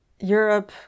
Europe